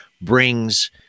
brings